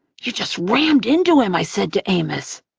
you just rammed into him! i said to amos.